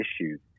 issues